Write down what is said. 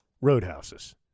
roadhouses